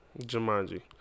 Jumanji